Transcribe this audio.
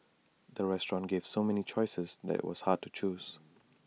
the restaurant gave so many choices that IT was hard to choose